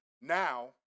Now